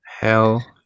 hell